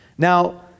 Now